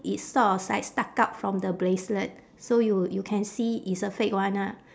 it's sort of like stuck out from the bracelet so you you can see it's a fake one ah